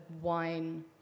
wine